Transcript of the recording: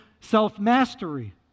self-mastery